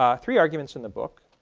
ah three arguments in the book